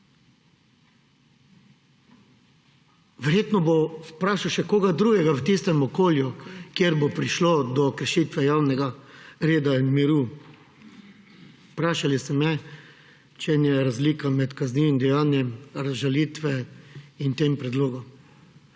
Verjetno bo vprašal še koga drugega v tistem okolju, kjer bo prišlo do kršitve javnega reda in miru. Vprašali ste me, v čem je razlika med kaznivim dejanjem razžalitve in tem predlogom.